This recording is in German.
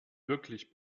wirklich